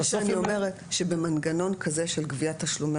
מה שאני אומרת שבמנגנון כזה של גביית תשלומי